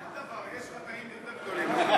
אין דבר, יש חטאים יותר גדולים.